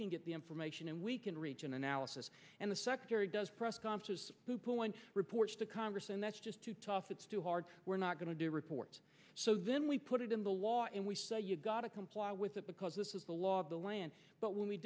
can get the information and we can reach an analysis and the secretary does press conference to point reports to congress and that's just too tough it's too hard we're not going to do a report so then we put it in the law and we say you've got to comply with it because this is the law of the land but when we